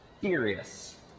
furious